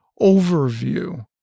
overview